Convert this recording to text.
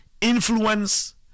Influence